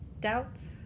doubts